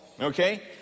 Okay